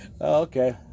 okay